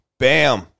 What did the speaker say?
Bam